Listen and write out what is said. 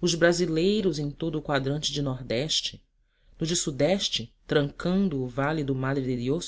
os brasileiros em todo o quadrante de ne no de se trancando